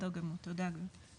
בסדר גמור, תודה גברתי.